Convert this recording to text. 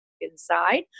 inside